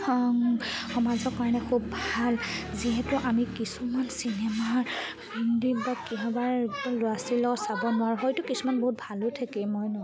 সমাজৰ কাৰণে খুব ভাল যিহেতু আমি কিছুমান চিনেমাৰ হিন্দীত বা কিহবাৰ ল'ৰা ছোৱালীৰ লগত চাব নোৱাৰোঁ হয়তো কিছুমান বহুত ভালো থাকে মই নকওঁ